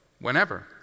whenever